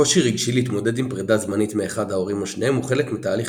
קושי רגשי להתמודד עם פרידה זמנית מאחד ההורים או שניהם הוא חלק מתהליך